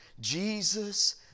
Jesus